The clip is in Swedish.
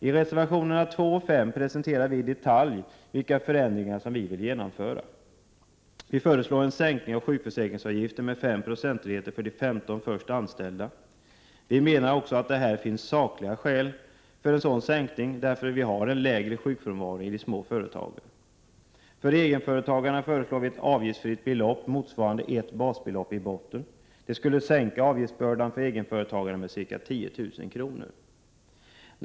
I reservationerna 2 och 5 presenterar vi i detalj vilka förändringar som vi vill genomföra. Vi föreslår en sänkning av sjukförsäkringsavgiften med 5 procentenheter för de 15 första anställda. Vi menar också att det finns sakliga skäl för en sådan sänkning, eftersom sjukfrånvaron är mindre i de små företagen. För egenföretagarna föreslår vi ett avgiftsfritt belopp i botten motsvarande ett basbelopp. Det skulle minska avgiftsbördan för egenföretagaren med ca 10 000 kr.